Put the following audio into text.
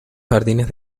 jardines